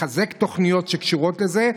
לחזק תוכניות שקשורות לזה.